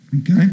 Okay